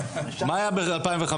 מה היה ב-2015?